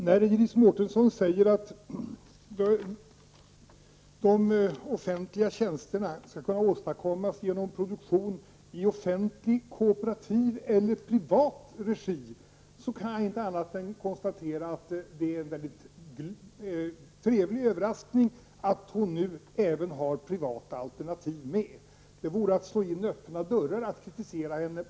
Herr talman! När Iris Mårtensson säger att de offentliga tjänsterna skall kunna åstadkommas genom produktion i offentlig, kooperativ eller privat regi kan jag inte annat än konstatera att det är en mycket trevlig överraskning att hon nu även har privata alternativ med. Att kritisera henne på den punkten vore att slå in öppna dörrar.